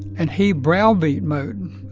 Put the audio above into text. and he browbeat moton.